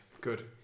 Good